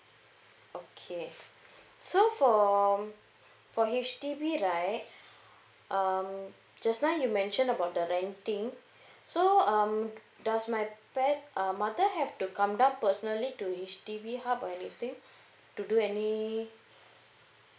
okay so for for H_D_B right um just now you mentioned about the renting so um does my par~ uh mother have to come down personally to H_D_B hub or anything to do any